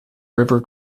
river